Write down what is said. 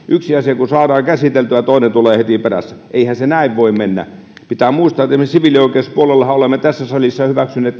yksi asia kun saadaan käsiteltyä toinen tulee heti perässä eihän se näin voi mennä pitää muistaa että esimerkiksi siviilioikeuspuolellahan olemme tässä salissa hyväksyneet